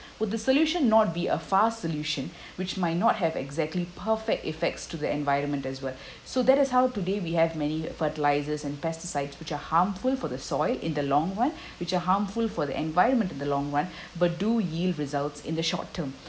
with the solution not be a fast solution which might not have exactly perfect effects to the environment as well so that is how today we have many fertilisers and pesticides which are harmful for the soil in the long run which are harmful for the environment in the long run but do yield results in the short term